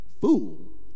fool